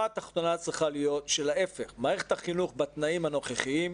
התחתונה צריכה להיות של ההפך: מערכת החינוך בתנאים הנוכחיים,